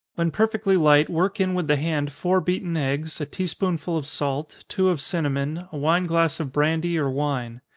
when perfectly light, work in with the hand four beaten eggs, a tea-spoonful of salt, two of cinnamon, a wine glass of brandy or wine.